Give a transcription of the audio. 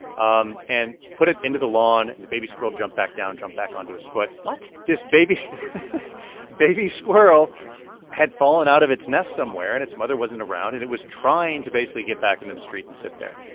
um and put it into the lawn. and the baby squirrel jumped back down jumped back onto his foot what? this baby baby squirrel had fallen out of its nest somewhere, and its mother wasn't around. and it was trying to basically get back into the street and sit there.